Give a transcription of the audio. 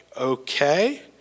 okay